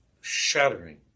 shattering